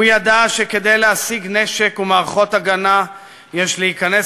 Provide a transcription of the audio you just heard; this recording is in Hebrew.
הוא ידע שכדי להשיג נשק ומערכות הגנה יש להיכנס